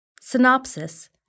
Synopsis